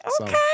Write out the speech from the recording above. Okay